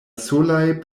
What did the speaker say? solaj